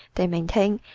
they maintain,